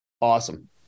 Awesome